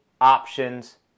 options